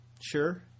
sure